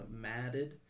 matted